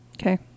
Okay